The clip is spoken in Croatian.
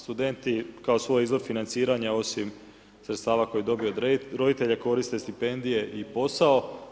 Studenti kao svoj izvor financiranja, osim sredstava koje dobiju od roditelja, koriste stipendije i posao.